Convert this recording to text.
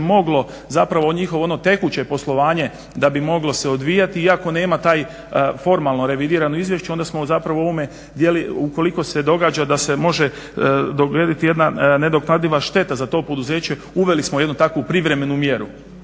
moglo, zapravo ono njihovo tekuće poslovanje da bi moglo se odvijati iako nema taj formalno revidirano izvješće onda smo zapravo u ovom djelu ukoliko se događa da se može dogoditi jedna nadoknadiva šteta za to poduzeće. Uveli smo jednu takvu privremenu mjeru.